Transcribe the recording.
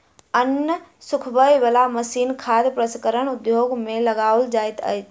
अन्न सुखबय बला मशीन खाद्य प्रसंस्करण उद्योग मे लगाओल जाइत छै